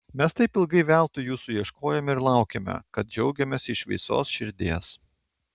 mes taip ilgai veltui jūsų ieškojome ir laukėme kad džiaugiamės iš visos širdies